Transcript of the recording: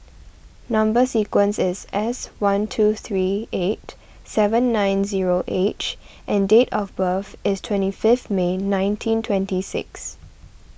Number Sequence is S one two three eight seven nine zero H and date of birth is twenty fifth May nineteen twenty six